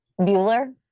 Bueller